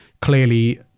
clearly